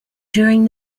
during